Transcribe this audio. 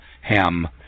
Ham